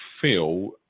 feel